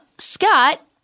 Scott